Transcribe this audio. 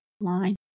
line